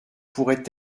pourraient